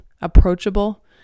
approachable